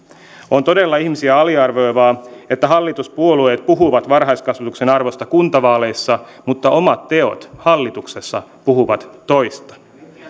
on todella ihmisiä aliarvioivaa että hallituspuolueet puhuvat varhaiskasvatuksen arvosta kuntavaaleissa mutta omat teot hallituksessa puhuvat toista